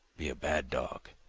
be a bad dog,